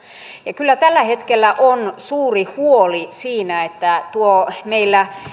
ja kyllä tällä hetkellä on suuri huoli siinä että tuo meillä